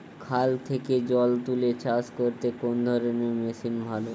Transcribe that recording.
খাল থেকে জল তুলে চাষ করতে কোন ধরনের মেশিন ভালো?